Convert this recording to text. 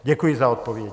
Děkuji za odpovědi.